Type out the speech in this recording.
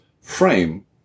frame